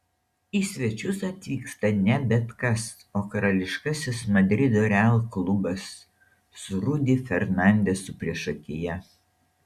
į svečius atvyksta ne bet kas o karališkasis madrido real klubas su rudy fernandezu priešakyje